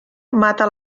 mata